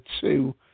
two